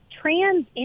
trans